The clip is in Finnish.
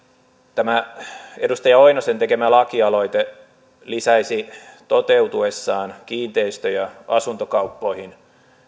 tämä edustaja oinosen tekemä lakialoite lisäisi toteutuessaan kiinteistö ja asuntokauppoihin